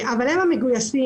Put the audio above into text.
הם המגויסים,